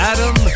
Adam